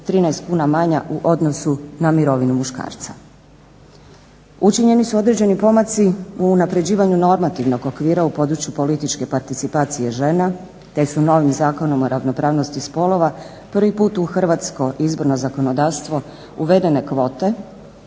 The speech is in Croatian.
1013 kuna manja u odnosu na mirovinu muškarca. Učinjeni su određeni pomaci u unapređivanju normativnog okvira u području političke participacije žena te su novim Zakonom o ravnopravnosti spolova prvi put u hrvatsko izborno zakonodavstvo uvedene kvote